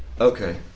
okay